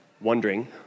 Wondering